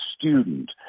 student